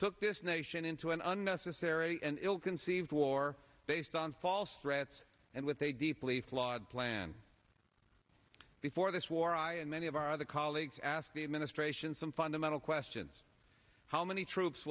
took this nation into an unnecessary and ill conceived war based on false threats and with a deeply flawed plan before this war i and many of our other colleagues asked the administration some fundamental questions how many troops